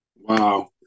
Wow